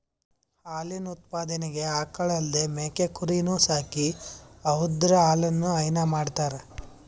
ಹಾಲಿನ್ ಉತ್ಪಾದನೆಗ್ ಆಕಳ್ ಅಲ್ದೇ ಮೇಕೆ ಕುರಿನೂ ಸಾಕಿ ಅವುದ್ರ್ ಹಾಲನು ಹೈನಾ ಮಾಡ್ತರ್